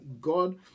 God